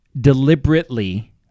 Deliberately